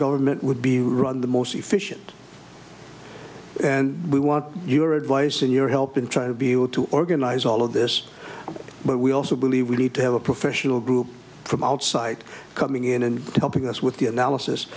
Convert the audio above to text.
government would be run the most efficient and we want your advice and your help in trying to be able to organize all of this but we also believe we need to have a professional group from outside coming in and helping us with the analysis